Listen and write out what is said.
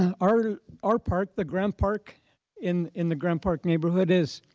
our our park, the grant park in in the grant park neighborhood, is